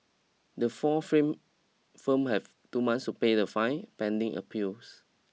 the four frame firms have two month to pay the fine pending appeals